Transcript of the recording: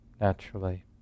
naturally